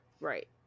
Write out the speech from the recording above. right